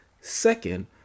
Second